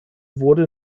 wurde